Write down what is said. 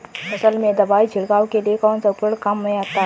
फसल में दवाई छिड़काव के लिए कौनसा उपकरण काम में आता है?